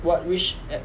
what which at